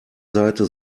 seite